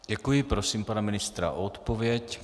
Děkuji, prosím pana ministra o odpověď.